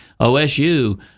OSU